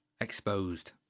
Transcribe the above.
Exposed